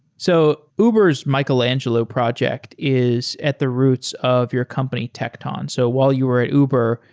so uber's michelangelo project is at the roots of your company, tecton so while you're at uber,